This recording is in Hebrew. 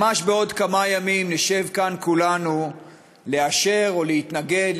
ממש בעוד כמה ימים נשב כאן כולנו לאשר או להתנגד,